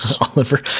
Oliver